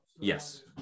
Yes